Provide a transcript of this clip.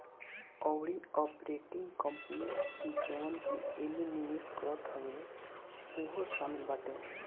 अउरी operating company जवन की एमे निवेश करत हवे उहो शामिल बाटे